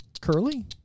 Curly